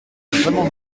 vraiment